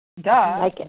Duh